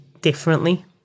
differently